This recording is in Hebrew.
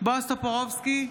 בועז טופורובסקי,